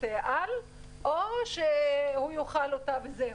כוח עליון או שהוא יאוכל אותה וזהו?